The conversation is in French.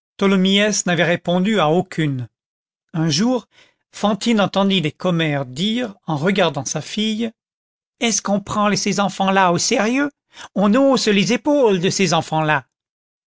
n'avait répondu à aucune un jour fantine entendit des commères dire en regardant sa fille est-ce qu'on prend ces enfants-là au sérieux on hausse les épaules de ces enfants-là